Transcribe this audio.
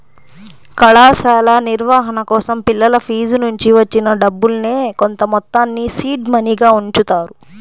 కళాశాల నిర్వహణ కోసం పిల్లల ఫీజునుంచి వచ్చిన డబ్బుల్నే కొంతమొత్తాన్ని సీడ్ మనీగా ఉంచుతారు